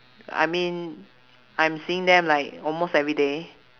I mean I'm seeing them like almost everyday